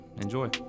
enjoy